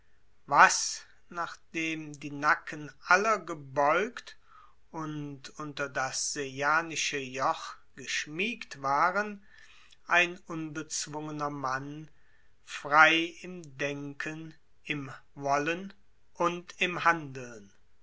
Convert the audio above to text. was nachdem die nacken aller gebeugt und unter das sejanische joch geschmiegt waren ein unbezwungener mann frei im denken im wollen und im handeln